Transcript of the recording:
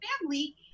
family